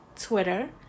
Twitter